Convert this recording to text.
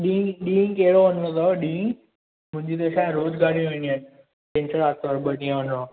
ॾींहुं ॾींहुं कहिड़ो वञिणो अथव ॾींहुं मुंहिंजी त शायद रोज़ु गाड़ियूं वेंदियूं आहिनि छंछरु आर्तवारु ॿ ॾींहं वञिणो आहे